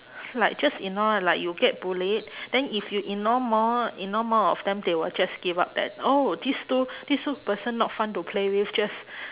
like just ignore uh like you get bullied then if you ignore more ignore more of them they will just give up that oh these two these two person not fun to play with just